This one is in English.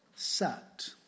Set